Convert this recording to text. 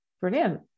Brilliant